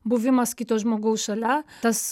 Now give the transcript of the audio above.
buvimas kito žmogaus šalia tas